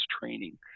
training